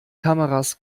kameras